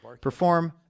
perform